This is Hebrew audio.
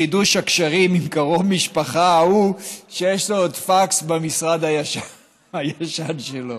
חידוש הקשרים עם קרוב המשפחה ההוא שעוד יש לו פקס במשרד הישן שלו.